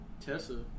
Tessa